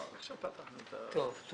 מה